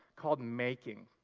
called making.